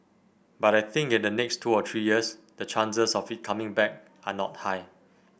but I think in the next two or three years the chances of it coming back are not high